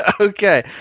Okay